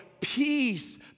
peace